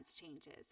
changes